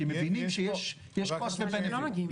כי הם מבינים שיש cost ו benefit.